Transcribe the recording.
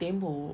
tembok